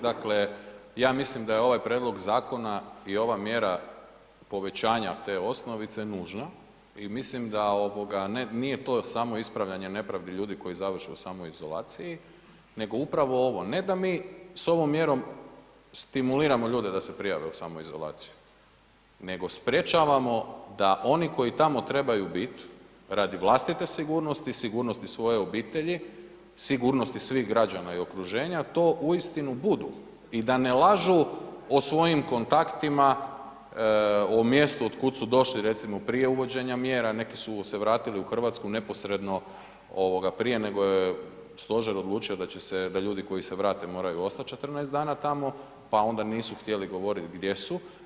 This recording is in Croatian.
Dakle, ja mislim da je ovaj prijedlog zakona i ova mjera povećanja te osnovice nužna i mislim da ovoga nije to samo ispravljanje nepravdi ljudi koji završe u samoizolaciji nego upravo ovo, ne da mi s ovom mjerom stimuliramo ljude da se prijave u samoizolaciju nego sprječavamo da oni koji tamo trebaju biti radi vlastite sigurnosti, sigurnosti svoje obitelji, sigurnosti svih građana i okruženja to uistinu budu i da ne lažu o svojim kontaktima o mjestu od kud su došli recimo prije uvođenja mjera, neki su se vratili u Hrvatsku neposredno ovoga prije nego je stožer odlučio da će se, da ljudi koji se vrate moraju ostati 14 dana tamo, pa onda nisu htjeli govoriti gdje su.